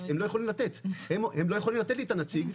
לא יכולים לתת את הנציג,